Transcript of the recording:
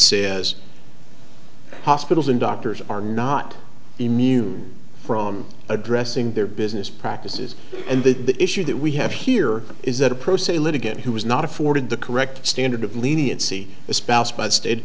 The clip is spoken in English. says hospitals and doctors are not immune from addressing their business practices and the issue that we have here is that a pro se litigant who was not afforded the correct standard of leniency espoused b